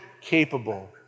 capable